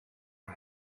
nhw